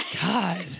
God